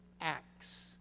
acts